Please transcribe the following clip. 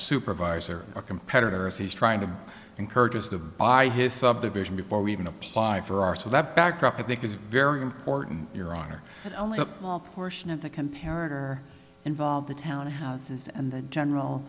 supervisor a competitor as he's trying to encourage us to buy his subdivision before we even apply for our so that backdrop i think is very important your honor only of all portion of the comparing are involved the townhouses and the general